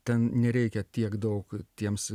ten nereikia tiek daug tiems